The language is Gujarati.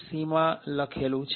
c માં લખેલું છે